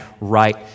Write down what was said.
right